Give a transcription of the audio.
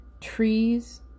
Trees